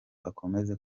akomeze